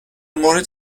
مورد